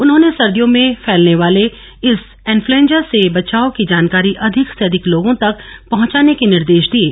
उन्होंने सर्दियों में फैलने वाले इस इन्फ्लूएंजा से बचाव की जानकारी अधिक से अधिक लोगों तक पहंचाने के निर्देश दिये